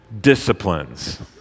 disciplines